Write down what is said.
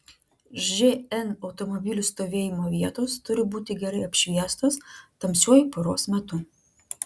žn automobilių stovėjimo vietos turi būti gerai apšviestos tamsiuoju paros metu